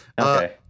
Okay